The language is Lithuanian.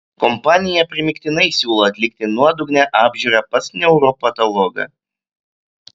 kompanija primygtinai siūlo atlikti nuodugnią apžiūrą pas neuropatologą